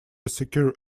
secure